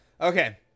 okay